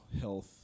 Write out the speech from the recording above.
health